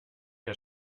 der